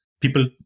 people